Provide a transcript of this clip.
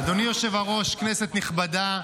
אדוני היושב-ראש, כנסת נכבדה,